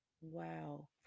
wow